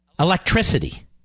Electricity